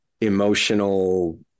emotional